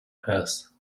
hess